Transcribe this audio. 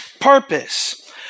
purpose